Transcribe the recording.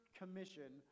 commission